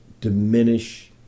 diminish